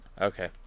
okay